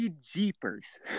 jeepers